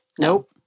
Nope